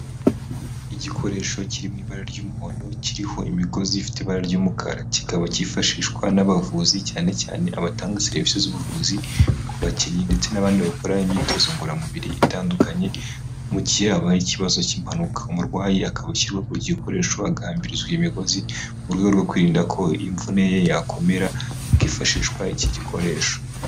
Igikoresho kiri mu ibara ry'umuhondo kiriho imigozi ifite ibara ry'umukara, kikaba cyifashishwa n'abavuzi cyane cyane abatanga serivisi z'ubuvuzi ku bakinnyi ndetse n'abandi bakora imyitozo ngororamubiri itandukanye mu gihe habaye ikibazo cy'impanuka, umurwayi akawushyirwa ku gikoresho agambirizwa imigozi mu rwego rwo kwirinda ko imvune ye yakomera hakifashishwa iki gikoresho.